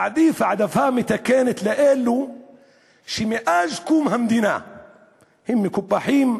להעדיף העדפה מתקנת את אלו שמאז קום המדינה הם מקופחים,